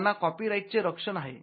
त्यांना कॉपीराईटचे संरक्षण आहे